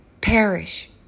perish